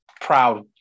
proud